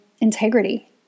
integrity